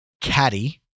Caddy